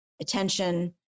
attention